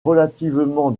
relativement